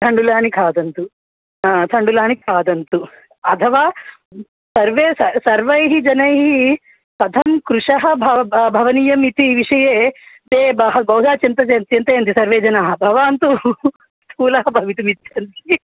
तण्डुलानि खादन्तु तण्डुलानि खादन्तु अथवा सर्वे सर्वैः जनैः कथं कृशः भवनीयमिति विषये ते बहु बहुधा चिन्तयन्ति चिन्तयन्ति सर्वे जनाः भवान् तु स्थूलः भवितुम् इच्छति